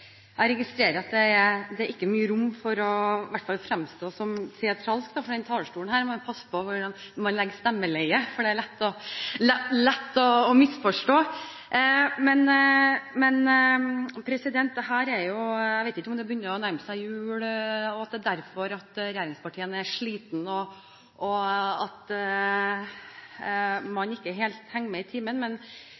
Jeg registrerer at det i hvert fall ikke er mye rom for å fremstå som teatralsk fra denne talerstolen – man må passe på hvordan man legger stemmeleiet, for det kan lett misforstås. Jeg vet ikke om det er det at det begynner å nærme seg jul, at regjeringspartiene derfor er slitne, og at man ikke helt henger med i timen, men jeg må si at det er litt av en opplevelse å sitte i salen og